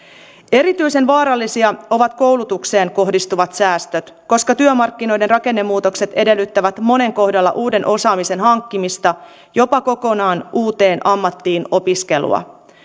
erityisen vaarallisia ovat koulutukseen kohdistuvat säästöt koska työmarkkinoiden rakennemuutokset edellyttävät monen kohdalla uuden osaamisen hankkimista jopa kokonaan uuteen ammattiin opiskelua